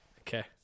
Okay